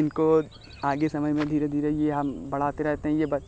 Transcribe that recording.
इनको आगे समय में धीरे धीरे यह हम बढ़ाते रहते हैं यह